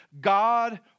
God